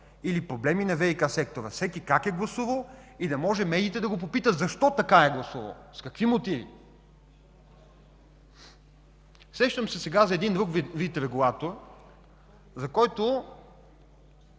или проблемите във ВиК сектора, всеки как е гласувал. Да могат медиите да попитат защо така е гласувал, с какви мотиви. Сещам се сега за друг вид регулатор, който